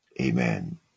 Amen